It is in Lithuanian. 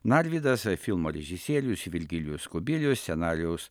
narvydas filmo režisierius virgilijus kubilius scenarijaus